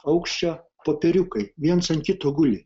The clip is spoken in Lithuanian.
aukščio popieriukai viens ant kito guli